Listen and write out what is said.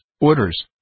orders